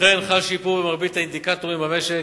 ובכן, חל שיפור במרבית האינדיקטורים במשק,